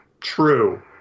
true